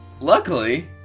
Luckily